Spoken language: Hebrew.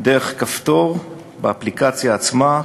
דרך כפתור באפליקציה עצמה,